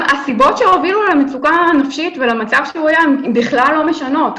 הסיבות שהובילו למצוקה הנפשית ולמצב שהוא היה בכלל לא משנות.